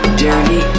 dirty